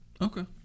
Okay